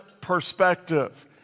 perspective